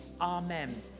Amen